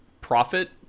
profit